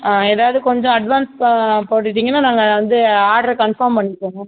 ஏதாவது கொஞ்சம் அட்வான்ஸ் போட்டுவிட்டீங்கன்னா நாங்கள் வந்து ஆர்டர் கன்பார்ம் பண்ணிப்போம்